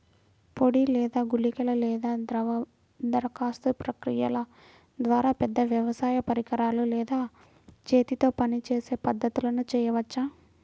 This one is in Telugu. పొడి లేదా గుళికల లేదా ద్రవ దరఖాస్తు ప్రక్రియల ద్వారా, పెద్ద వ్యవసాయ పరికరాలు లేదా చేతితో పనిచేసే పద్ధతులను చేయవచ్చా?